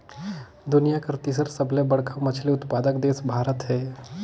दुनिया कर तीसर सबले बड़खा मछली उत्पादक देश भारत हे